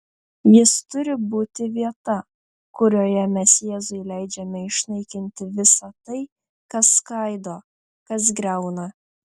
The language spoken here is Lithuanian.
jis turi būti vieta kurioje mes jėzui leidžiame išnaikinti visa tai kas skaido kas griauna